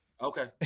Okay